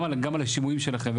גם על השימועים שלכם.